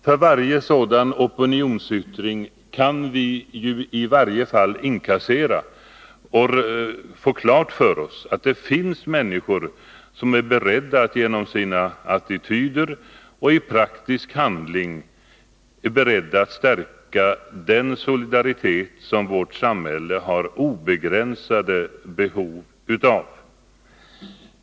För varje sådan opinionsyttring kan vi ju i varje fall få klart för oss att det finns människor som genom sina attityder och i praktisk handling är beredda att stärka den solidaritet som vårt samhälle har obegränsade behov av.